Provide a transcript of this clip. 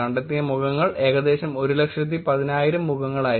കണ്ടെത്തിയ മുഖങ്ങൾ ഏകദേശം 110000 മുഖങ്ങളായിരുന്നു